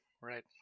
right